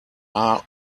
are